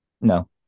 No